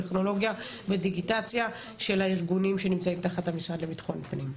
טכנולוגיה ודיגיטציה של הארגונים שנמצאים תחת המשרד לביטחון פנים.